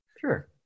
Sure